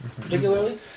particularly